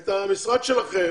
את המשרד שלכם.